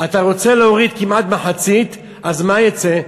אתה רוצה להוריד כמעט מחצית, מה יצא?